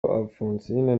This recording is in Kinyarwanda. alphonsine